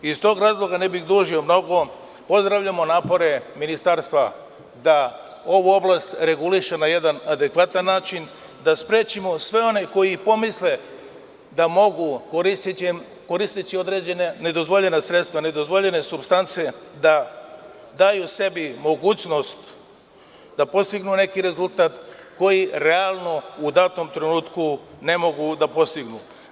Iz tog razloga ne bih dužio mnogo, pozdravljamo napore ministarstva da ovu oblast reguliše na jedan adekvatan način, da sprečimo sve one koji i pomisle da mogu koristeći određena nedozvoljena sredstva, nedozvoljene supstance, da daju sebi mogućnost da postignu neki rezultat koji realno u datom trenutku ne mogu da postignu.